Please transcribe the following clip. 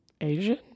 Asian